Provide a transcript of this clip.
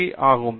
B வடிவமைப்பு